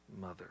mother